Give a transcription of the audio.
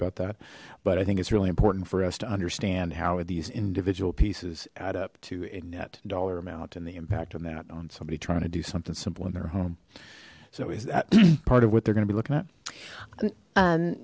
about that but i think it's really important for us to understand how these individual pieces add up to a net dollar amount and the impact on that on somebody trying to do something simple in their home so is that part of what they're going to be looking at